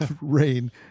rain